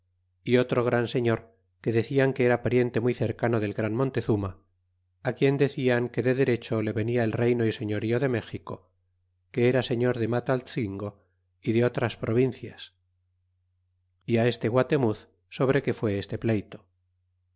y otro gran señor que decian que era pariente muy cercano del gran montezuma á quien decian que de derecho le venia el reyno y señorío de méxico que era señor de mataltzingo y de otras provincias y á este guatemuz sobre que fué este pleyto